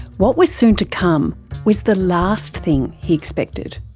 what was soon to come was the last thing he expected.